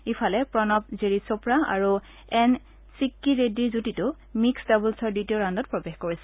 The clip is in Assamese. ইফালে প্ৰণৱ জেৰি চোপ্ৰা আৰু এন চিক্কিৰেড্ডিৰ যুটীটো মিক্সড্ ডাবল্ছৰ দ্বিতীয় ৰাউণ্ডত প্ৰৱেশ কৰিছে